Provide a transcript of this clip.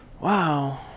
Wow